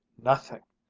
nothing!